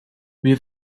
wir